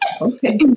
Okay